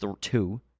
two